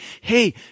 hey